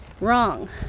wrong